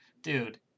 Dude